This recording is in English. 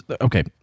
okay